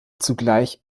zugleich